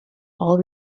all